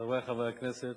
חברי חברי הכנסת,